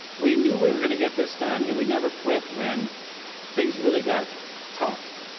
we knew we were going to get this done and we never quit when things really got tough.